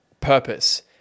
purpose